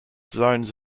zones